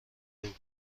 بودند